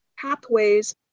pathways